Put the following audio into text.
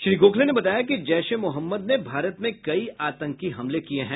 श्री गोखले ने बताया कि जैश ए मोहम्मद ने भारत में कई आतंकी हमले किए हैं